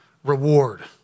Reward